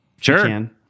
Sure